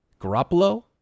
Garoppolo